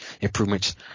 improvements